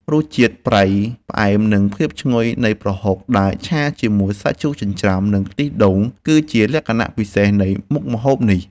រសជាតិប្រៃផ្អែមនិងភាពឈ្ងុយនៃប្រហុកដែលឆាជាមួយសាច់ជ្រូកចិញ្ច្រាំនិងខ្ទិះដូងគឺជាលក្ខណៈពិសេសនៃមុខម្ហូបនេះ។